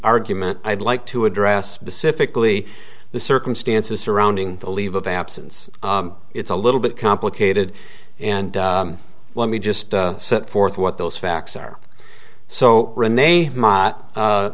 argument i'd like to address specifically the circumstances surrounding the leave of absence it's a little bit complicated and let me just set forth what those facts are so re